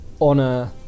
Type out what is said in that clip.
Honor